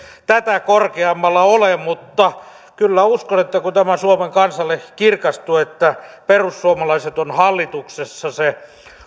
tätä korkeammalla ole mutta kyllä uskon että kun tämä suomen kansalle kirkastuu että perussuomalaiset on hallituksessa se